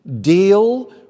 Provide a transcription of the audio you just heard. deal